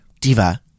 Diva